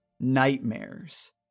nightmares